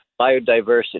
Biodiversity